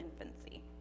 infancy